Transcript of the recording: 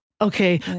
Okay